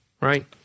right